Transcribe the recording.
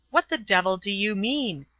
what the devil do you mean?